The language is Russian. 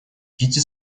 кити